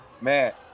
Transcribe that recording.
man